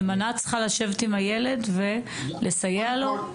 הנאמנה צריכה לשבת עם הילד ולסייע לו?